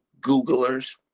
Googlers